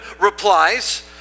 replies